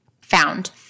found